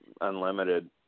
Unlimited